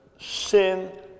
sin